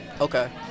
okay